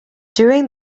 during